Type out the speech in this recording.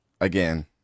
Again